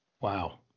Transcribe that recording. Wow